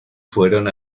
fueron